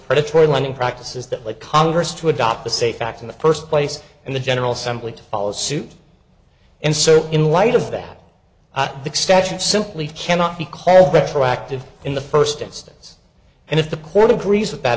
predatory lending practices that led congress to adopt the safe act in the first place and the general simply to follow suit and so in light of that extension simply cannot be called retroactive in the first instance and if the court agrees with that